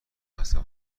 عصبی